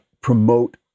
promote